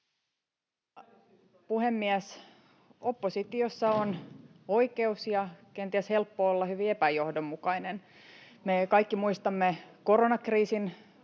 puhemies! Oppositiossa on oikeus — ja kenties helppo — olla hyvin epäjohdonmukainen. Me kaikki muistamme koronakriisin